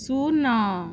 ଶୂନ